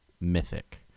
mythic